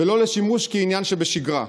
ולא לשימוש כעניין שבשגרה.